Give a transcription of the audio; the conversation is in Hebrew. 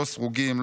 לא סרוגים,